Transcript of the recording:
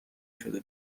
شده